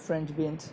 French beans